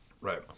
Right